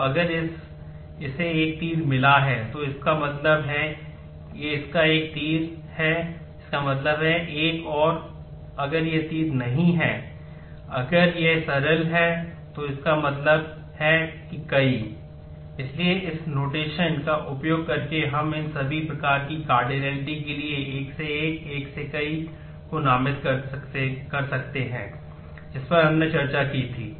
तो entity set के लिए 1 से 1 1 से कई को नामित कर सकते हैं जिस पर हमने चर्चा की थी